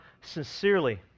sincerely